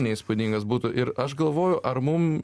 neįspūdingas būtų ir aš galvoju ar mum